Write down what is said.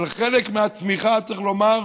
אבל חלק מהצמיחה, צריך לומר,